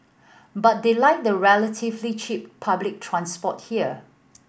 but they like the relatively cheap public transport here